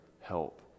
help